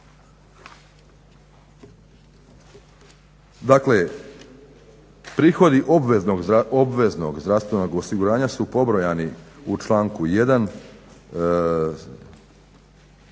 Dakle, prihodi obveznog zdravstvenog osiguranja su pobrojani u članku 1.i